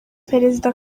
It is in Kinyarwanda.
perezida